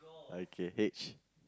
okay H